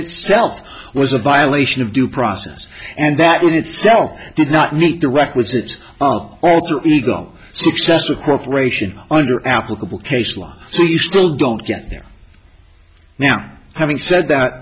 itself was a violation of due process and that itself did not meet the requisite alter ego success of corporation under applicable case law so you still don't get there now having said that